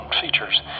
features